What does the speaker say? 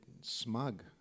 smug